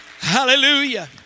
Hallelujah